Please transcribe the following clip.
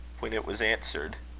when it was answered,